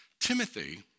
Timothy